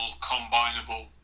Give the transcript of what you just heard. combinable